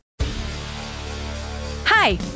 Hi